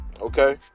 okay